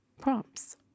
prompts